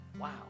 Wow